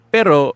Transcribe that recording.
Pero